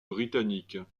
britannique